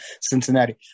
Cincinnati